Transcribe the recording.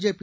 JP